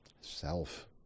Self